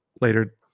later